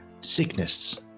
sickness